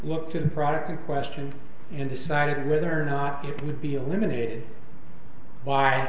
look to the product in question and decide whether or not it would be eliminated